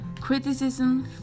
criticism